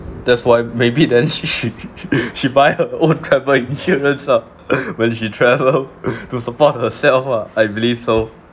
that's why maybe then she she she buy her own travel insurance ah when she travel to support her sale ah I believe so